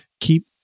keep